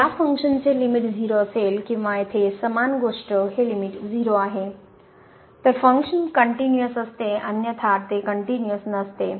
या फनक्शन चे लिमिट 0 असेल किंवा येथे समान गोष्ट हे लिमिट 0 आहे तर फंक्शन कनटयूनीअस असते अन्यथा ते कनटयूनीअस नसते